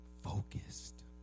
focused